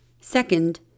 Second